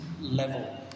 level